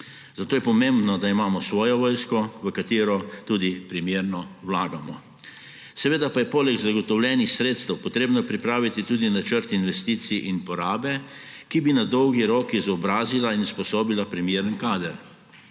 Zato je pomembno, da imamo svojo vojsko, v katero tudi primerno vlagamo. Seveda pa je poleg zagotovljenih sredstev potrebno pripraviti tudi načrt investicij in porabe, ki bi na dolgi rok izobrazila in usposobila primeren kader.